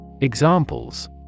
Examples